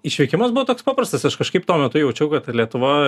išvykimas buvo toks paprastas aš kažkaip tuo metu jaučiau kad lietuva